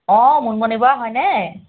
অ মুনমুনিবা হয়নে